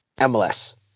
MLS